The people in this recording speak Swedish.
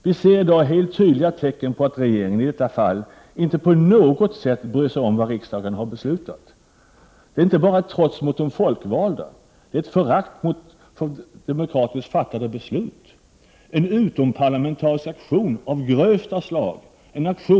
Vi ser i dag helt tydliga tecken på att regeringen i detta fall inte på något sätt bryr sig om vad riksdagen har beslutat. Det är inte bara ett trots mot de folkvalda, det är också ett förakt för demokratiskt fattade beslut. Det är en utomparlamentarisk aktion av grövsta slag.